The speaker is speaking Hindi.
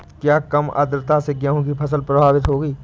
क्या कम आर्द्रता से गेहूँ की फसल प्रभावित होगी?